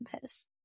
piss